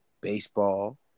baseball